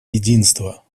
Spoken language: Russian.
единства